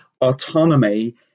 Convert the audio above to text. autonomy